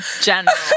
general